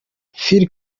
phil